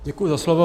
Děkuji za slovo.